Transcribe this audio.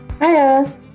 Hiya